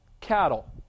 cattle